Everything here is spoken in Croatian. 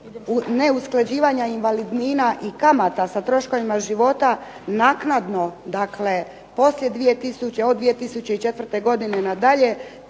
neusklađivanja invalidnina i kamata sa troškovima života, naknadno, od 2004. godine nadalje